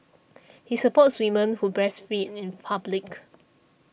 he supports women who breastfeed in public